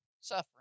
suffering